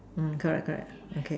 mm correct correct okay